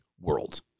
world